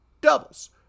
doubles